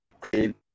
create